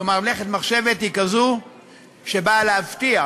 כלומר, מלאכת המחשבת הייתה כזאת שהיא באה להבטיח,